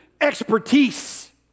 expertise